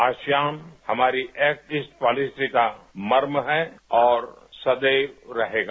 ASEAN हमारी act east policy का मर्म है और सदैव रहेगा